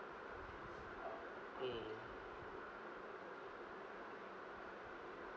mm